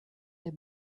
der